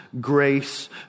grace